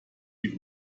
wie